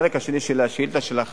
החלק השני של השאילתא שלך,